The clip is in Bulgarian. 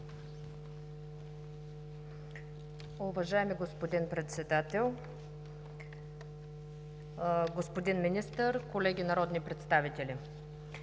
Уважаеми господин Председател, господин Министър, колеги народни представители!